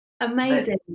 Amazing